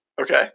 Okay